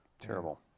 Terrible